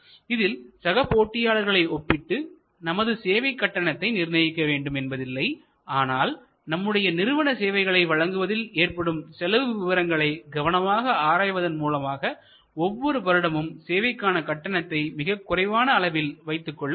இதில் சக போட்டியாளர்களை ஒப்பிட்டு நமது சேவை கட்டணத்தை நிர்ணயிக்க வேண்டும் என்பதில்லை ஆனால் நம்முடைய நிறுவன சேவைகளை வழங்குவதில் ஏற்படும் செலவு விவரங்களை கவனமாக ஆராய்வதன் மூலமாக ஒவ்வொரு வருடமும் சேவைக்கான கட்டணத்தை மிகக் குறைவான அளவில் வைத்துக்கொள்ள வேண்டும்